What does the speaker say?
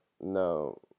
no